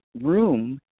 room